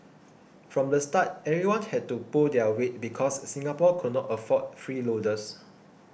from the start everyone had to pull their weight because Singapore could not afford freeloaders